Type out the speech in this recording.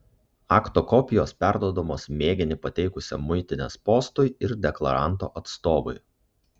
akto kopijos perduodamos mėginį pateikusiam muitinės postui ir deklaranto atstovui